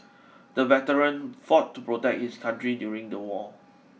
the veteran fought to protect his country during the war